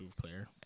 player